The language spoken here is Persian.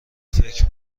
فکر